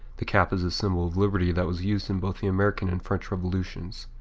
the cap is a symbol of liberty that was used in both the american and french revolutions.